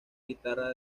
guitarra